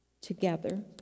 together